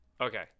Okay